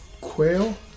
quail